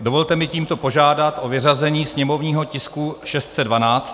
Dovolte mi tímto požádat o vyřazení sněmovního tisku 612